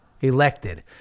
elected